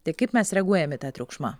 tai kaip mes reaguojam į tą triukšmą